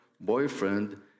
boyfriend